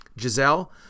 Giselle